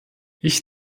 ich